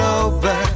over